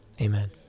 amen